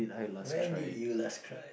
when did you last cry